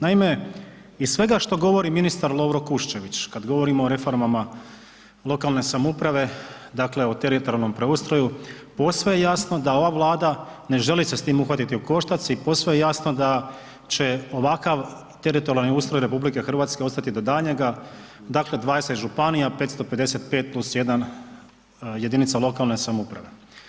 Naime, iz svega što govori ministar Lovro Kuščević kad govorimo o reformama lokalne samouprave, dakle o teritorijalnom preustroju posve je jasno da ova Vlada ne želi se s time uhvatiti u koštac i posve je jasno da će ovakav teritorijalni ustroj RH ostati do daljnjega, dakle 20 županija, 555 + 1 jedinica lokalne samouprave.